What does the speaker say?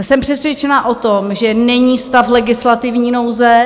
Jsem přesvědčena o tom, že není stav legislativní nouze.